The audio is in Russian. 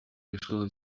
решила